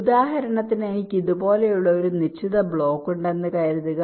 ഉദാഹരണത്തിന് എനിക്ക് ഇതുപോലുള്ള ഒരു നിശ്ചിത ബ്ലോക്ക് ഉണ്ടെന്ന് കരുതുക